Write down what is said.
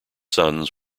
sons